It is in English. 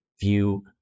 view